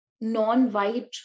non-white